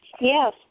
yes